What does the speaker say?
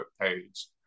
page